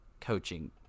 coaching